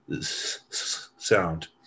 sound